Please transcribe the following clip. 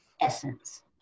essence